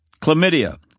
Chlamydia